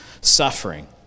suffering